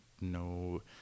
no